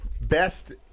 best